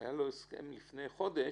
שהיה לו הסכם לפני חודש